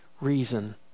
reason